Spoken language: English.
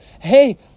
hey